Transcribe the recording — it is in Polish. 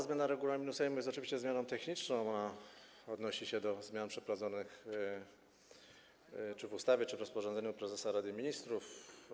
Zmiana regulaminu Sejmu jest oczywiście zmianą techniczną, a odnosi się do zmian przeprowadzonych w ustawie, w rozporządzeniu prezesa Rady Ministrów.